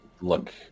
look